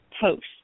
post